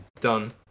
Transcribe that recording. done